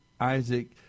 Isaac